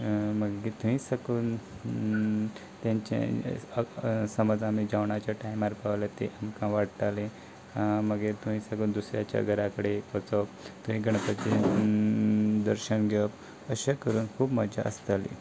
मागी थंय साकून तांच्या समाजान जेवणाच्या टायमार पावल्यार आमकां वाडटाली मागीर थंय साकून दुसऱ्याच्या घरा कडेन वचप थंय गणपती दर्शन घेवप अशें करून खूब मजा आसताली